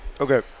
Okay